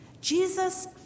Jesus